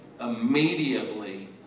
Immediately